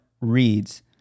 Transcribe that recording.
reads